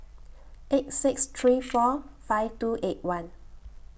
eight six three four five two eight one